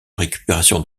récupération